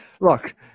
Look